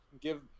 give